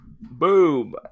boom